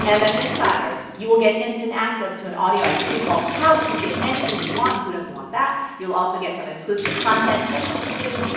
and mf insiders. you will get instant access to an audio i created called, how to get anything you want, and who doesn't want that. you'll also get some exclusive content, special giveaways,